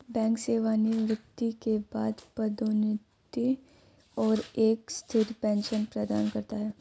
bank सेवानिवृत्ति के बाद पदोन्नति और एक स्थिर पेंशन प्रदान करता है